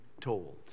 told